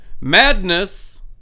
Madness